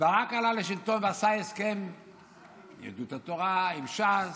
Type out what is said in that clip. ברק עלה לשלטון ועשה הסכם עם יהדות התורה, עם ש"ס.